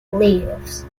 layoffs